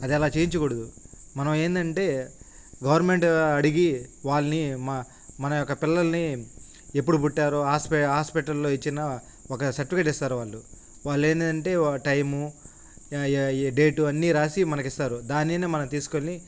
అది అలా చేయించకూడదు మనం ఏంటంటే గవర్నమెంట్ అడిగి వాళ్ళని మా మన యొక్క పిల్లల్ని ఎప్పుడు పుట్టారో హాస్పి హాస్పిటల్లో ఇచ్చిన ఒక సర్టిఫికేట్ ఇస్తారు వాళ్ళు వాళ్లు ఏంటంటే టైము డేటు అన్నీ రాసి మనకు ఇస్తారు దాన్ని మనం తీసుకొని